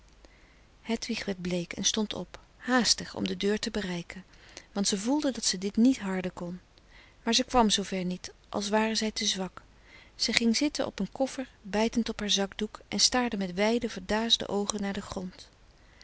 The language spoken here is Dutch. hedwig werd bleek en stond op haastig om de deur te bereiken want ze voelde dat ze dit niet harden kon maar ze kwam zoover niet als ware zij te zwak ze ging zitten op een koffer bijtend op haar zakdoek frederik van eeden van de koele meren des doods en staarde met wijde verdaasde oogen naar den grond